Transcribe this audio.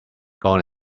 gone